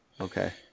Okay